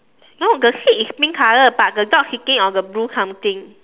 no the seat is pink color but the dog sitting on the blue something